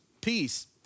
peace